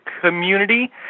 community